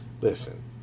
Listen